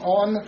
on